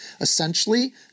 Essentially